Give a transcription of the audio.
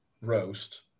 roast